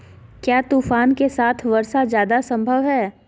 क्या तूफ़ान के साथ वर्षा जायदा संभव है?